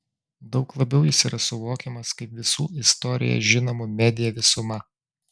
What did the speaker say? daug labiau jis yra suvokiamas kaip visų istorijoje žinomų media visuma